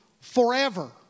forever